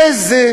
איזה